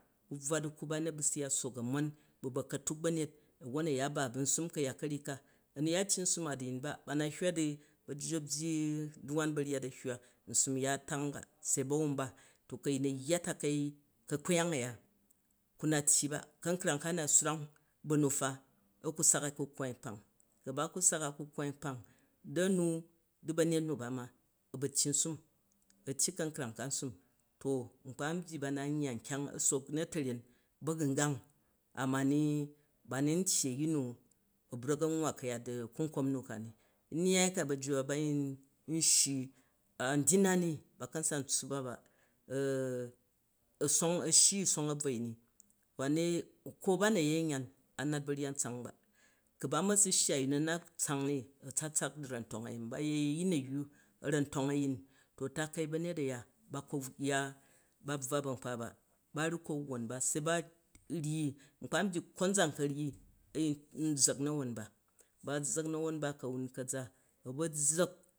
Ku bvwa da̱kkwa ba na ba̱ su ya sook a̱ mon bu̱ ba̱katuk ba̱nyet won a̱ ya ba bu̱ nsam ka̱yat ka̱ryyi ka a̱nu ya tyyi nsam a du̱yin ba ba na hywa di ba̱jju a̱ byyi duwan ba̱ryat a̱ hywa di nsum ya a̱tang ba se bei a̱wumba, to ka a̱yin a̱ yya takai ka̱kpyang a̱ ya ku na tyyi ba, ka̱nkrang ka a̱ na srwang ba nu fa a̱ ku sak a̱ ku̱kkwai nkpang ku ba ku sak a̱ ku̱kkwai nkpang da nu di ba̱nyet nu ba ma, a̱ ba̱ tyyi nsum a̱ tyyi ka̱nkrang ka nsurri, to nkpa nbyyi na nyya nkyang, a̱ sook na̱ta̱ryen ba̱gum gang a ma ni ba ni ntyyi a̱yin nua bra̱k a̱ nwwa ka̱yat kunkom nuka ni. Nnyai ka ba̱jju ba ba yin a shyi an dyin a̱ ni ba̱ kan san tsuupa ba, a̱ shyi u̱ song a̱bvoi ni, wane, ko ba na̱ yei a̱nyan, a nnat ba̱ryat ntsang ba, ku̱ ba ma su shya a̱yin nu a̱ nat tsang ni a̱tsatsak du̱ra̱ntong a̱yemi, ba yei a̱yin a̱yyu a̱ra̱ntong a̱yin to takei ba̱nyet a̱ya ba bvwa ba̱n kpa ba, ba ru kpa̱ wwon ba se ba nyyi, nka n byyi konzan ka̱ryyi a̱yin zzak na̱won nba, bazzak na̱wba nba ka̱wun ka̱za a ba zzek